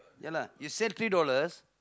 ya lah you sell three dollars